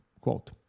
Quote